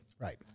right